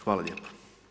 Hvala lijepo.